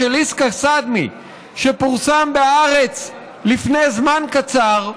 של ישכה שדמי שפורסם בהארץ לפני זמן קצר,